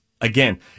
again